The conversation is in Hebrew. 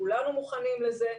כולנו מוכנים לזה,